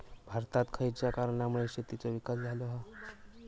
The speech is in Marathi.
भारतात खयच्या कारणांमुळे शेतीचो विकास झालो हा?